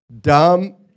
dumb